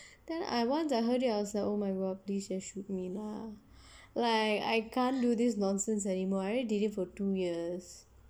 then I once I heard it I was like oh my god please just shoot me lah like I can't do this nonsense anymore I already did it for two years